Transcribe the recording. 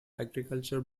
agriculture